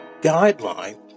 guideline